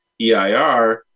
EIR